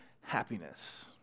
happiness